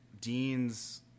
deans